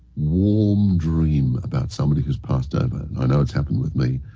warm dream about somebody who has passed over. and it's happened with me.